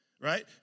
right